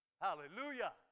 Hallelujah